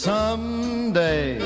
Someday